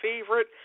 favorite